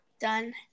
done